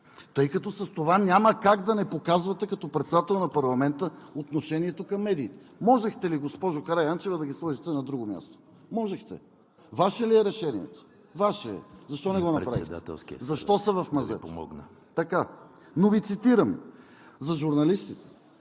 тъй като с това няма как да не показвате като председател на парламента отношението към медиите, можехте ли, госпожо Караянчева, да ги сложите на друго място? Можехте. Ваше ли е решението? Ваше е. Защо не го направите? Защо са в мазето? Но Ви цитирам за журналистите: